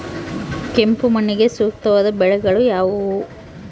ಕೆಂಪು ಮಣ್ಣಿಗೆ ಸೂಕ್ತವಾದ ಬೆಳೆಗಳು ಯಾವುವು?